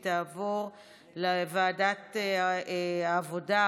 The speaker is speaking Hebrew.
והיא תעבור לוועדה העבודה,